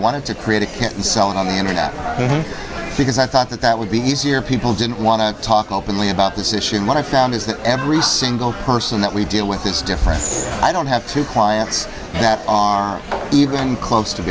wanted to create a kit and sell it on the internet because i thought that that would be easier if people didn't want to talk openly about this issue and what i found is that every single person that we deal with this difference i don't have two clients that are even close to